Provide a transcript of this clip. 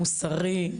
מוסרי,